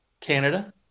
Canada